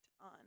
on